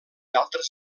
altres